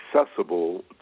accessible